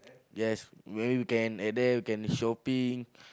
yes where you can at there you can shopping